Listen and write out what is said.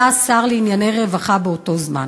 היה השר לענייני רווחה באותו זמן.